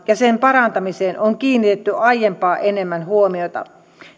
ja sen parantamiseen on kiinnitetty aiempaa enemmän huomiota